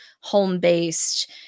home-based